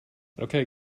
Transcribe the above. okay